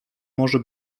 może